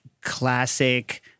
classic